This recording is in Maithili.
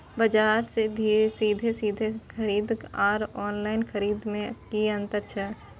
बजार से सीधे सीधे खरीद आर ऑनलाइन खरीद में की अंतर छै?